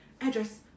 address